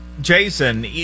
Jason